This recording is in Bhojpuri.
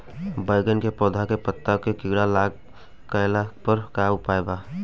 बैगन के पौधा के पत्ता मे कीड़ा लाग गैला पर का उपाय बा?